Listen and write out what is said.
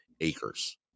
acres